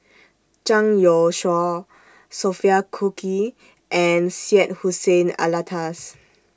Zhang Youshuo Sophia Cooke and Syed Hussein Alatas